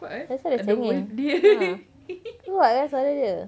that's why dia cengeng ha kuatkan suara dia